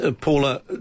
Paula